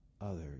others